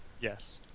Yes